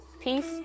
peace